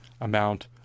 amount